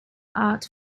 art